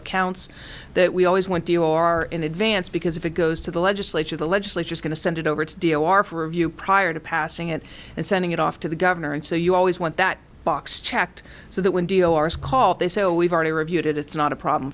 accounts that we always went to you are in advance because if it goes to the legislature the legislature is going to send it over to deal or for review prior to passing it and sending it off to the governor and so you always want that box checked so that when dealers call they say oh we've already reviewed it it's not a problem